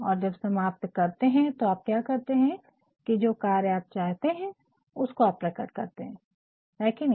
और जब समाप्त करते है तो आप क्या करते है कि जो कार्य आप चाहते है उसको आप प्रकट करते है है की नहीं